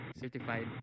certified